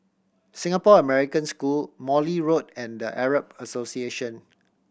Singapore American School Morley Road and The Arab Association